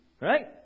right